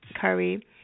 Curry